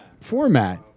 format